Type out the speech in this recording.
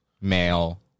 male